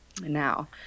now